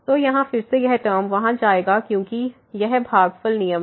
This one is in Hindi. तो यहाँ फिर से यह टर्म वहाँ जाएगा क्योंकि यह भागफल नियम है